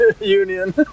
Union